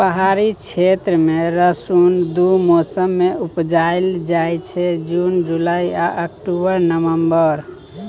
पहाड़ी क्षेत्र मे रसुन दु मौसम मे उपजाएल जाइ छै जुन जुलाई आ अक्टूबर नवंबर